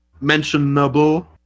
mentionable